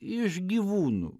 iš gyvūnų